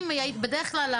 בדרך כלל,